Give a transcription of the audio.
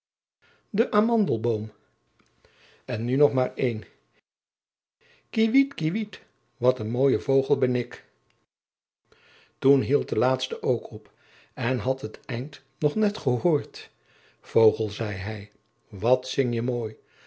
den amandelboom en nu nog maar één kiewit kiewit wat een mooie vogel ben ik toen hield de laatste ook op en had het eind nog net gehoord vogel zei hij wat zing je mooi